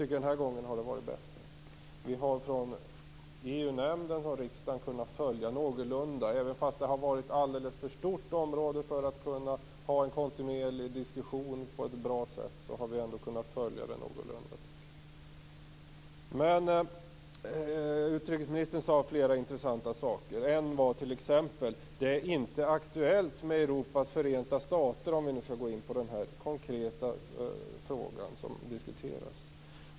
Men den här gången har det fungerat bättre. Trots att området har varit alldeles för stort för att kunna ha en kontinuerlig diskussion på ett bra sätt, har vi från EU-nämnden och riksdagen ändå kunnat följa processen någorlunda. Utrikesministern sade flera intressanta saker. En var t.ex. att det inte är aktuellt med Europas förenta stater, för att gå in på den konkreta frågan som diskuteras.